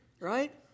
right